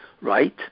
right